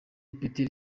ipeti